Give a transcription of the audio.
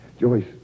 Joyce